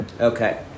Okay